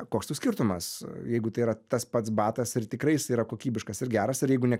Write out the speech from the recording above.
koks tau skirtumas jeigu tai yra tas pats batas ir tikrai jis yra kokybiškas ir geras ir jeigu ne